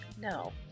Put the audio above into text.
No